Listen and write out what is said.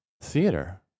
theater